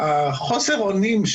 חוסר האונים,